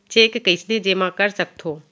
Cheque कईसने जेमा कर सकथो?